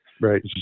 right